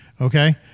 Okay